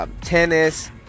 tennis